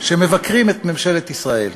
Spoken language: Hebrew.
שמבקרים את ממשלת ישראל.